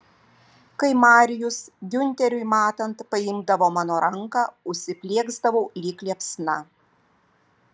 kai marijus giunteriui matant paimdavo mano ranką užsiplieksdavau lyg liepsna